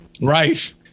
Right